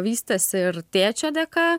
vystėsi ir tėčio dėka